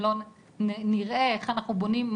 אם לא נראה איך אנחנו בונים,